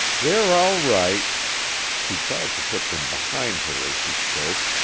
they're all right she tried to put them behind her as she spoke,